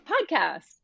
Podcast